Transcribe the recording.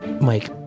Mike